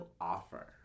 offer